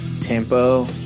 tempo